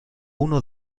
uno